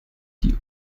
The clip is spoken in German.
die